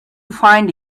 find